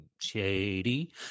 shady